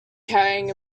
carrying